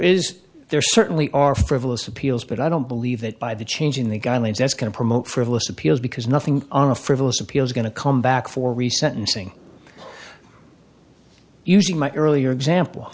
is there certainly are frivolous appeals but i don't believe that by the change in the guidelines that's going to promote frivolous appeals because nothing on a frivolous appeal is going to come back for re sentencing using my earlier example